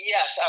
Yes